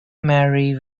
marry